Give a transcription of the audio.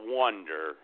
wonder